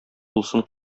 булсын